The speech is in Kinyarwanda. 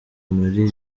marie